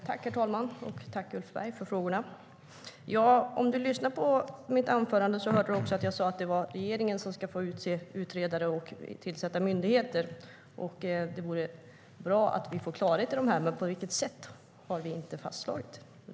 Herr talman! Tack, Ulf Berg för frågorna! Om du lyssnade på mitt anförande hörde du också att jag sa att det är regeringen som ska utse utredare och tillsätta myndigheter. Men jag sa också klart och tydligt att på vilket sätt har vi inte fastslagit.